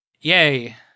yay